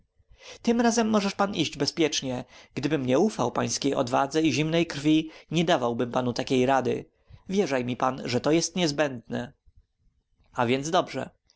tym razem możesz pan iść bezpiecznie gdybym nie ufał pańskiej odwadze i zimnej krwi nie dawałbym panu takiej rady wierzaj mi pan że to jest niezbędne a więc dobrze